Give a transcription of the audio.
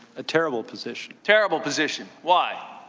ah terrible position. terrible position. why?